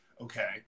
okay